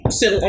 sit